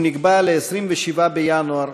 והוא נקבע ל-27 בינואר,